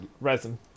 resin